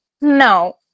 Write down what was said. no